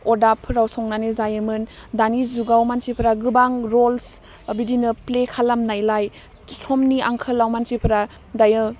अदाबफोराव संनानै जायोमोन दानि जुगाव मानसिफ्रा गोबां रल्स बिदिनो प्ले खालामनायलाय समनि आंखालाव मानसिफोरा दायो